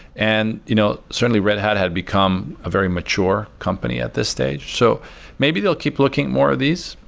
and you know certainly, red hat had become a very mature company at this stage. so maybe they'll keep looking more of these.